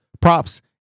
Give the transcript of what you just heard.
props